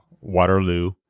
Waterloo